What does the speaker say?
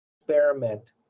experiment